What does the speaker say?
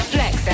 Flex